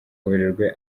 werurwe